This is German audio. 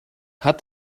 hat